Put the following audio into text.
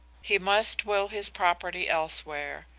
he must will his property elsewhere.